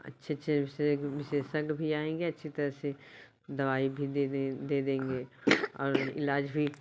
अच्छे अच्छे से विशेषज्ञ भी आएँगे अच्छी तरह से दवाई भी दे दें दे देंगे और इलाज भी